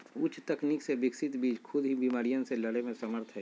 उच्च तकनीक से विकसित बीज खुद ही बिमारियन से लड़े में समर्थ हई